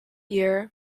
year